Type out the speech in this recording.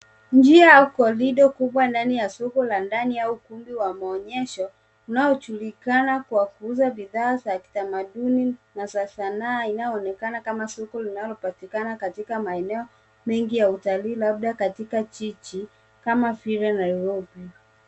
Njia au korido kubwa ndani ya soko la ndani au ukumbi wa maonyesho unaojulikana kwa kuuza bidhaa za kitamaduni na za sanaa inayoonekana kama soko linalopatikana katika maeneo mengi ya utalii labda katika jiji kama vile Nairobi.